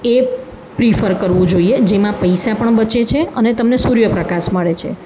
એ prefer કરવું જોઈએ જેમાં પૈસા પણ બચે છે અને તમને સૂર્યપ્રકાશ મળે છે